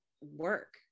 work